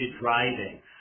driving